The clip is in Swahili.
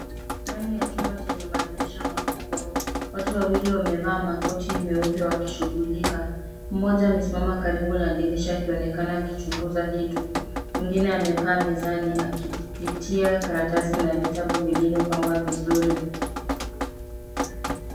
Ndani ya chumba chenye madirisha makubwa, watu wawili wamevaa makoti meupe wakishugulika. Mmoja amesimama karibu na dirisha akionekana akichunguza kitu. Mwingine amekaa mezani akipitia karatasi na vitabu vilivyopangwa vizuri.